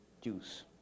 juice